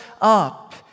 up